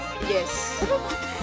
yes